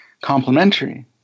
complementary